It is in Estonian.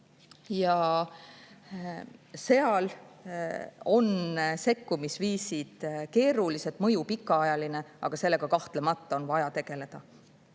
Ja seal on sekkumisviisid keerulised, mõju pikaajaline, aga sellega kahtlemata on vaja tegeleda.